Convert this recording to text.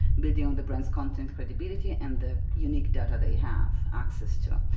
building on the brand's content credibility and the unique data they have access to.